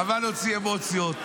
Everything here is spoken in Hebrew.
חבל להוציא אמוציות.